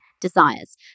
desires